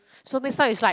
so next time it's like